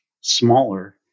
smaller